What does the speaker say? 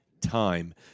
time